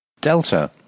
Delta